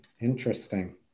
interesting